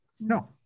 no